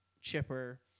chipper